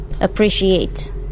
appreciate